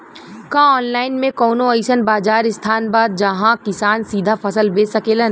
का आनलाइन मे कौनो अइसन बाजार स्थान बा जहाँ किसान सीधा फसल बेच सकेलन?